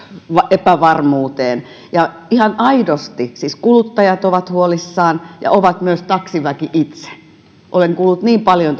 epävarmuuteen ihan aidosti siis kuluttajat ovat huolissaan ja myös taksiväki itse olen kuullut tästä niin paljon